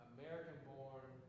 American-born